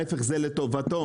ההפך, זה לטובתו.